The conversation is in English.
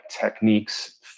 techniques